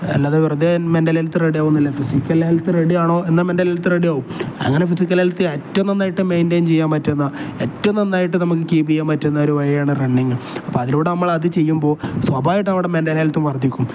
അല്ലാതെ വെറുതെ mental health റെഡിയാകുന്നില്ല ഫിസിക്കൽ ഹെൽത്ത് റെഡി ആണോ എന്നാകുമ്പം ഹെൽത്ത് റെഡി ആകും അങ്ങനെ ഫിസിക്കൽ ഹെൽത്ത് ഏറ്റവും നന്നായിട്ട് മെയിൻറയിൻ ചെയ്യാൻ പറ്റുന്ന ഏറ്റവും നന്നായിട്ട് നമുക്ക് കീപ്പ് ചെയ്യാൻ പറ്റുന്ന ഒരു വഴിയാണ് റണ്ണിംങ് അപ്പം അതിലൂടെ നമ്മൾ അത് ചെയ്യുമ്പോൾ സ്വഭാവികമായിട്ട് നമ്മുടെ മെൻറൽ ഹെൽത്തും വർദ്ധിക്കും